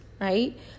right